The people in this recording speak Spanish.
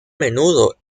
menudo